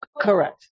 correct